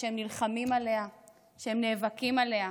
שהם נלחמים ונאבקים עליה,